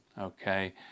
Okay